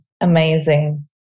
amazing